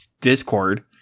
Discord